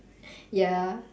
ya